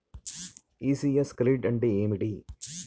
ECS credit అంటే ఏమిటి?